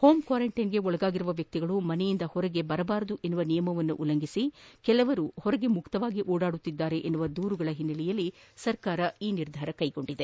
home ಕ್ವಾರಂಟೈನ್ಗೆ ಒಳಗಾಗಿರುವ ವ್ಯಕ್ತಿಗಳು ಮನೆಯಿಂದ ಹೊರಗೆ ಬರಬಾರದು ಎನ್ನುವ ನಿಯಮವನ್ನು ಉಲ್ಲಂಘಿಸಿ ಹೊರಗೆ ಮುಕ್ತವಾಗಿ ಓಡಾಡುತ್ತಿದ್ದಾರೆ ಎನ್ನುವ ದೂರುಗಳ ಹಿನ್ನೆಲೆಯಲ್ಲಿ ಸರ್ಕಾರ ಈ ನಿರ್ಧಾರ ಕೈಗೊಂಡಿದೆ